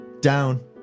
down